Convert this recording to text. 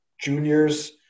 juniors